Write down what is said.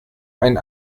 ein